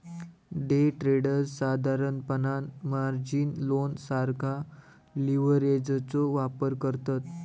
day traders साधारणपणान margin loan सारखा लीव्हरेजचो वापर करतत